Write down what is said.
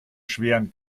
schweren